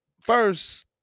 first